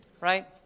right